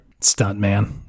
stuntman